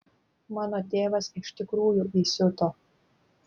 mano tėvas iš tikrųjų įsiuto